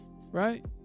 right